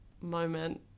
moment